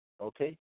okay